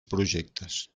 projectes